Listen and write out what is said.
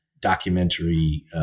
documentary